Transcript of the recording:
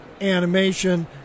animation